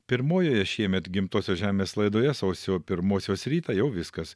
pirmojoje šiemet gimtosios žemės laidoje sausio pirmosios rytą jau viskas